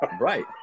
Right